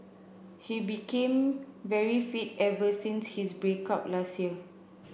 he became very fit ever since his break up last year